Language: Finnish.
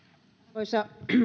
arvoisa